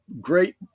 great